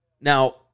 Now